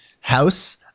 house